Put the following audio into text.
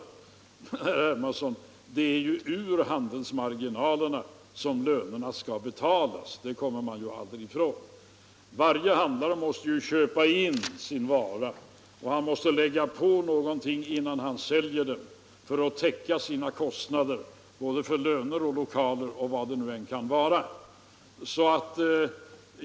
Men, herr Hermansson, det är ju handelsmarginalerna som lönerna skall betalas av. Det kommer man aldrig ifrån. Varje handlare måste ju köpa in sin vara och han måste lägga på något innan han säljer den för att täcka sina kostnader för löner och lokaler och vad det än kan vara.